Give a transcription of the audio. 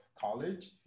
college